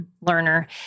learner